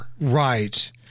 Right